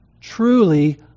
Truly